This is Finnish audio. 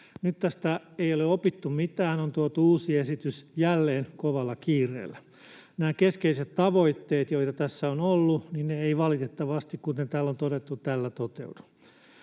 Nyt tästä ei ole opittu mitään: on tuotu uusi esitys jälleen kovalla kiireellä. Nämä keskeiset tavoitteet, joita tässä on ollut, eivät valitettavasti, kuten täällä on todettu, tällä toteudu.